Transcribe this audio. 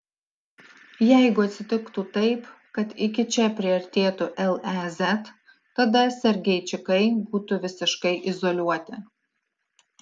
jeigu atsitiktų taip kad iki čia priartėtų lez tada sergeičikai būtų visiškai izoliuoti